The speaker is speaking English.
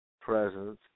presence